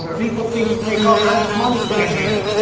so people think you make all kinds of money panhandling.